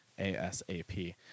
asap